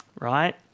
Right